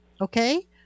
Okay